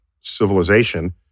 civilization